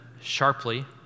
sharply